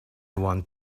want